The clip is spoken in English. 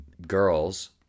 girls